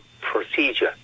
procedure